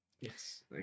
yes